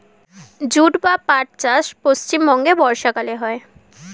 jute বা পাট চাষ পশ্চিমবঙ্গে বর্ষাকালে হয়